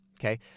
okay